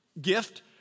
gift